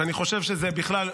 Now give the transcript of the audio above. ואני חושב שזה בכלל,